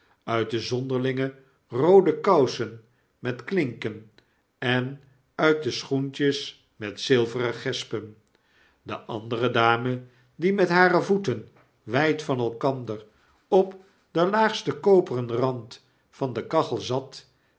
uit de zonderlinge roode kousen met klinken en uit de schoentjes met zilveren gespen de andere dame die met hare voeten wrjd van elkander op den laagsten koperen rand van de kachel zat